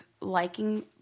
liking